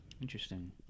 Interesting